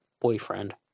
boyfriend